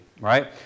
right